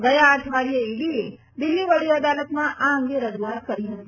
ગયા અઠવાડિયે ઈડીએ દિલ્હી વડી અદાલતમાં આ અંગે રજુઆત કરી હતી